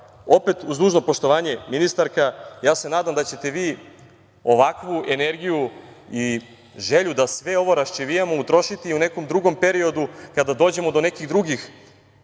Opet uz dužno poštovanje ministarka, nadam se da ćete vi ovakvu energiju i želju da sve ovo raščivijamo utrošiti u nekom drugom periodu kada dođemo do nekih drugih